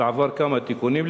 עבר כמה תיקונים.